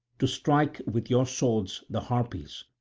to strike with your swords the harpies,